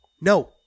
No